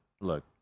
look